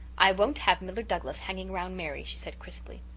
i won't have miller douglas hanging round mary, she said crisply.